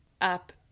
up